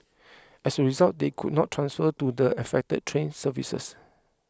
as a result they could not transfer to the affected train services